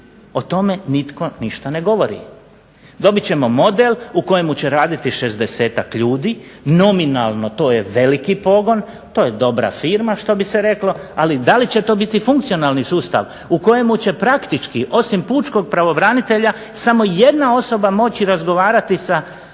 O tome nitko ništa ne govori. Dobit ćemo model u kojemu će raditi šezdesetak ljudi, nominalno to je veliki pogon, to je dobra firma što bi se reklo. Ali da li će to biti funkcionalni sustav u kojemu će praktički osim pučkog pravobranitelja samo jedan osoba moći razgovarati sa